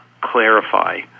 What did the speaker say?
clarify